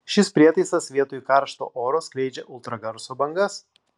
šis prietaisas vietoj karšto oro skleidžia ultragarso bangas